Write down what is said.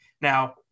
Now